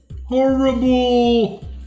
Horrible